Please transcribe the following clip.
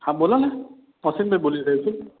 હા બોલો ને વસીમભાઈ બોલી રહ્યો છું